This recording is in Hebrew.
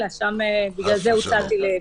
כל אחד שרוצה פונה.